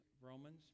Romans